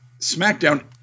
SmackDown